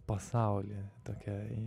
pasaulį tokį